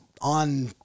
on